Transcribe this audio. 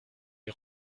est